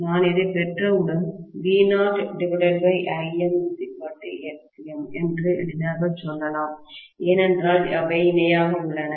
நான் இதைப் பெற்றவுடன் V0ImXm என்று எளிதாக சொல்லலாம் ஏனென்றால் அவை இணையாக உள்ளன